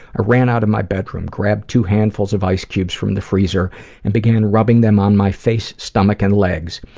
i ran out of my bedroom, grabbed two handfuls of ice cubes from the freezer and began rubbing them on my face, stomach, and legs.